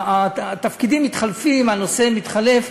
התפקידים מתחלפים, הנושא מתחלף.